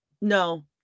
no